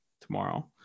tomorrow